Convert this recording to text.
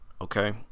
Okay